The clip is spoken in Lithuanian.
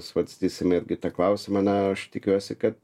svarstysime irgi tą klausimą na aš tikiuosi kad